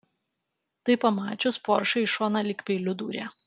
tai pamačius poršai į šoną lyg peiliu dūrė